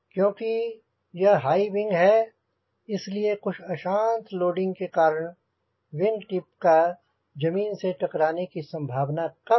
क्योंकि यह हाईविंग है इसलिए कुछ अशांत लोडिंग के कारण विंग टिप का जमीन से टकराने की संँभावना कम है